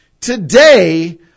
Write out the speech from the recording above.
Today